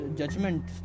judgment